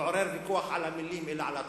לעורר ויכוח על המלים, אלא על התוכן,